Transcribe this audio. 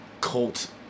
cult